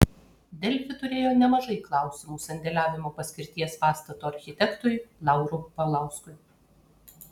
delfi turėjo nemažai klausimų sandėliavimo paskirties pastato architektui laurui paulauskui